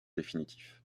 définitif